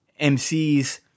MCs